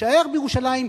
נישאר בירושלים,